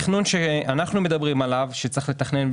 כדי לצמצם את לוחות הזמנים,